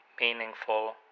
meaningful